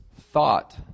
thought